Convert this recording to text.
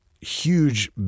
huge